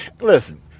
Listen